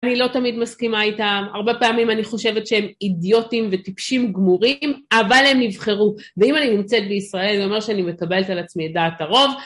אני לא תמיד מסכימה איתם, הרבה פעמים אני חושבת שהם אידיוטים וטיפשים גמורים, אבל הם נבחרו. ואם אני נמצאת בישראל זה אומר שאני מקבלת על עצמי את דעת הרוב...